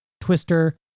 Twister